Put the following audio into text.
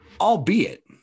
albeit